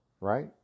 right